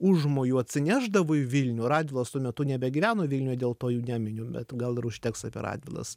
užmoju atsinešdavo į vilnių radvilos tuo metu nebegyveno vilniuje dėl to jų neminiu bet gal ir užteks apie radvilas